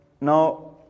Now